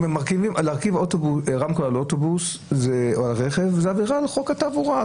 להרכיב רמקול על רכב זו עבירה על חוק התעבורה,